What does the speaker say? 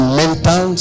mental